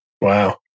Wow